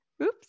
Oops